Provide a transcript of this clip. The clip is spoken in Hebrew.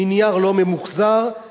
מנייר לא ממוחזר,